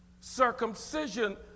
circumcision